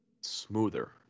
smoother